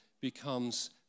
becomes